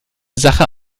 sache